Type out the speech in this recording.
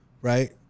right